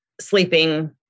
sleeping